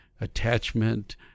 Attachment